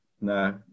No